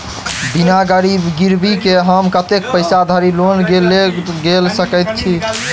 बिना गिरबी केँ हम कतेक पैसा धरि लोन गेल सकैत छी?